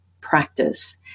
practice